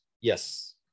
Yes